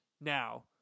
Now